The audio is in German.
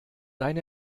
dein